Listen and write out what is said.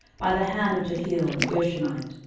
by the hand of jehiel the gershonite.